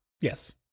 Yes